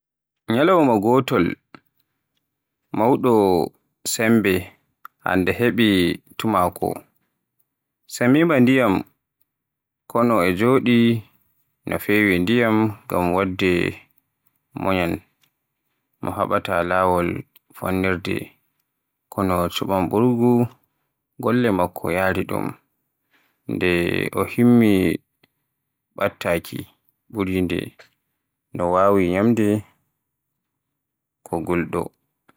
Ñalawma, gootel mawɗo semmbe anndaa ka heɓi tumaako, semmbiima ndiyam kono. O jooɗii no feƴƴi ndiyam ngam waɗde moñan mo heɓata laawol tonndirde, kono cummburgu golle makko yaari ɗum. Nde o himmii battaaki, ɓuri ndee, no waawi ñamde ko ngulɗo.